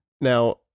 now